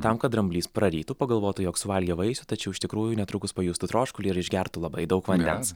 tam kad dramblys prarytų pagalvotų jog suvalgė vaisių tačiau iš tikrųjų netrukus pajustų troškulį ir išgertų labai daug vandens